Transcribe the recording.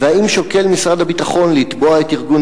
3. האם שוקל משרד הביטחון לתבוע את ארגון